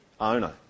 owner